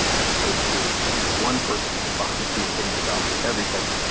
as opposed to you know one person's hypocrisy is getting to dominate everything.